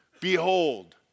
Behold